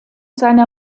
seiner